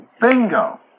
Bingo